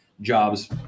jobs